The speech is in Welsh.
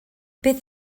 beth